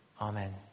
Amen